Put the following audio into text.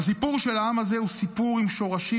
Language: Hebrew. והסיפור של העם הזה הוא סיפור עם שורשים